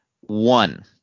One